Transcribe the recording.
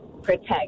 protect